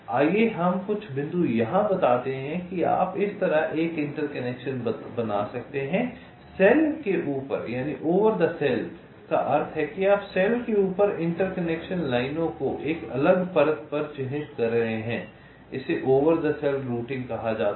आइए हम कुछ बिंदु यहां बताते हैं कि आप इस तरह एक इंटरकनेक्शन बना सकते हैं सेल के ऊपर का अर्थ है कि आप सेल के ऊपर इंटरकनेक्शन लाइनों को एक अलग परत पर चित्रित कर रहे हैं इसे ओवर द सेल रूटिंग कहा जाता है